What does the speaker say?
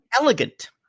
Elegant